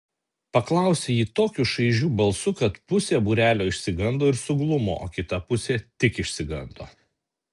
paklausė ji tokiu šaižiu balsu kad pusė būrelio išsigando ir suglumo o kita pusė tik išsigando